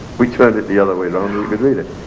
we turned it the other way round and we could read it.